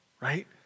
right